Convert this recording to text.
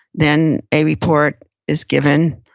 then a report is given.